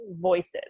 voices